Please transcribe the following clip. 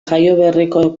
jaioberriko